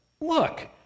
look